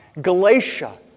Galatia